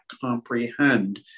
comprehend